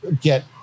get